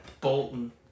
Bolton